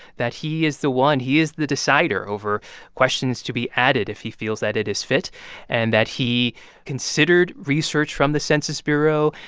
that he is the one he is the decider over questions to be added if he feels that it is fit and that he considered research from the census bureau.